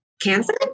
Cancer